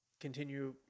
continue